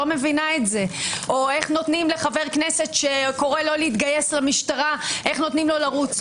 או איך נותנים לחבר כנסת שקורה לא להתגייס למשטרה לרוץ,